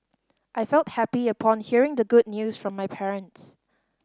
I felt happy upon hearing the good news from my parents